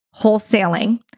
wholesaling